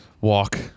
walk